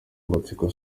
amatsiko